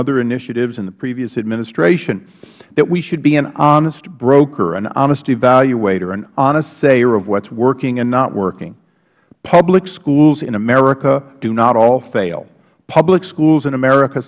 other initiatives in the previous administration that we should be an honest broker an honest evaluator an honest sayer of what is working and not working public schools in america do not all fail public schools in america